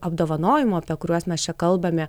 apdovanojimų apie kuriuos mes čia kalbame